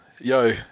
Yo